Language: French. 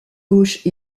gauche